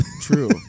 true